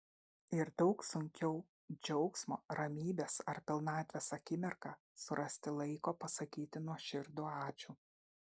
ir daug sunkiau džiaugsmo ramybės ar pilnatvės akimirką surasti laiko pasakyti nuoširdų ačiū